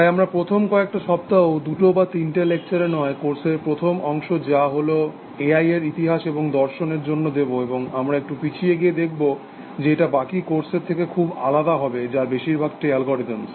তাই আমরা প্রথম কয়েকটা সপ্তাহ দুটো বা তিনটে লেকচারে নয় কোর্সের প্রথম অংশে যা হল এআই এর ইতিহাস এবং দর্শন এর জন্য দেব এবং আমরা একটু পিছিয়ে গিয়ে দেখব যে এটা বাকি কোর্সের থেকে খুব আলাদা হবে যার বেশিরভাগটাই অ্যালগোরিদমস